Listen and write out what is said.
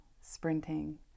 sprinting